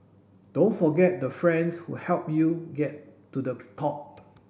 don't forget the friends who helped you get to the top